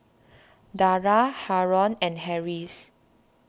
Dara Haron and Harris